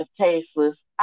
tasteless